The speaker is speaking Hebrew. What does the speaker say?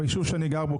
ביישוב שאני גר בו,